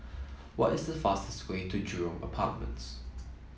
what is the fastest way to Jurong Apartments